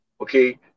okay